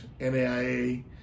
NAIA